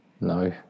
No